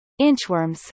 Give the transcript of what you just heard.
inchworms